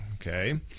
okay